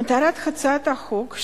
מטרת הצעת החוק,